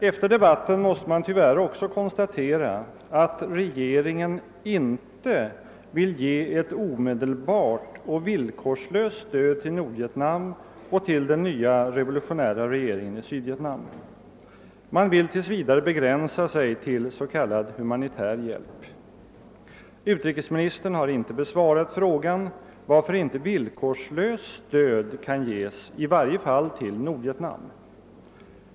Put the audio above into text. Efter debatten måste man tyvärr även konstatera att regeringen inte vill ge ett omedelbart och villkorslöst stöd till Nordvietnam och till den nya revolutionära regeringen i Sydvietnam. Man vill tills vidare begränsa sig till s.k. humanitär hjälp. Utrikesministern har inte besvarat frågan varför inte villkorslöst stöd kan ges i varje fall till Nordvietnam.